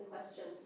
questions